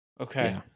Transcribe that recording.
Okay